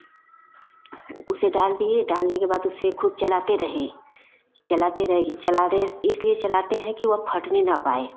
उसे डाल दिए डालने के बाद खूब चलाते रहे चलाते रहे चला रहे इसलिए चलाते हैं कि वह फटने ना पाए